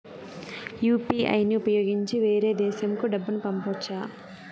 UPI ని ఉపయోగించి వేరే దేశంకు డబ్బును పంపొచ్చా?